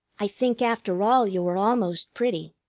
i think after all you are almost pretty.